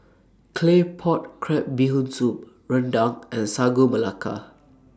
Claypot Crab Bee Hoon Soup Rendang and Sagu Melaka